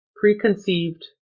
preconceived